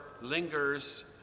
lingers